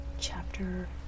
chapter